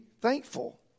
thankful